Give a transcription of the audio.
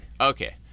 Okay